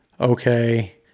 okay